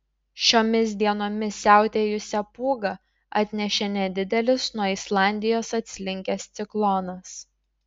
šiomis dienomis siautėjusią pūgą atnešė nedidelis nuo islandijos atslinkęs ciklonas